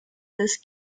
this